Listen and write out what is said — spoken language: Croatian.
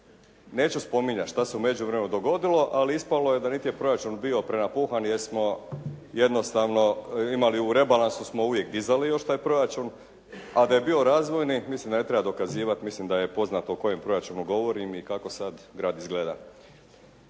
Neću spominjati šta se u međuvremenu dogodilo, ali ispalo je da niti je proračun bio prenapuhan jer smo jednostavno imali u rebalansu smo uvijek dizali još taj proračun, a da je bio razvojni mislim da ne treba dokazivati, mislim da je poznato o kojem proračunu govorim i kako sada grad izgleda.